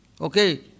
Okay